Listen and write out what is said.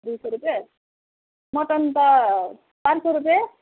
दुई सौ रुपियाँ मटन त पाँच सौ रुपियाँ